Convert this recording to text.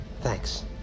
Thanks